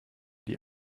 die